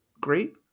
great